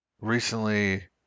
recently